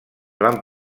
van